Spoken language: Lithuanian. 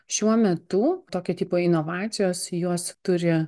šiuo metu tokio tipo inovacijos jos turi